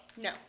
No